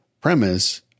premise